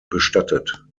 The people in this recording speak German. bestattet